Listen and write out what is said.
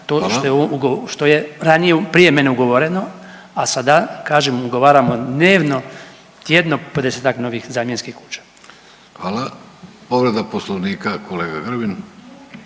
to što je ranije, prije mene ugovoreno, a sada kažem ugovaramo dnevno, tjedno po desetak novih zamjenskih kuća. **Vidović, Davorko